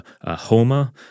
homa